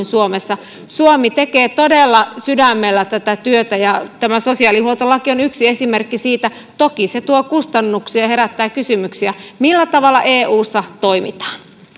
suomessa suomi tekee todella sydämellä tätä työtä ja tämä sosiaalihuoltolaki on yksi esimerkki siitä toki se tuo kustannuksia ja herättää kysymyksiä millä tavalla eussa toimitaan